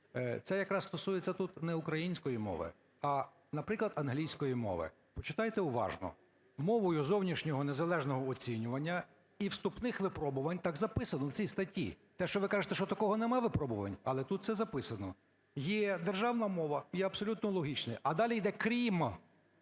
це якраз стосується тут не української мови, а, наприклад, англійської мови. Почитайте уважно: "Мовою зовнішнього незалежного оцінювання і вступних випробувань, – так записано в цій статті, те, що ви кажете, що такого нема, випробування, але тут це записано, – є державна мова". Є – абсолютно логічно. А далі йде "крім"